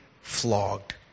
flogged